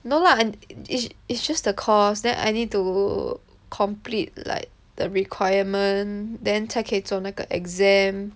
no lah it's it's just the course then I need to complete like the requirement then 才可以做那个 exam